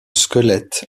squelette